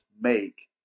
make